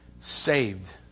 Saved